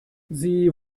sie